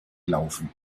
laufen